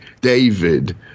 David